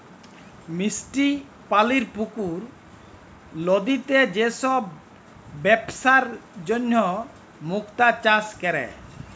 মিষ্টি পালির পুকুর, লদিতে যে সব বেপসার জনহ মুক্তা চাষ ক্যরে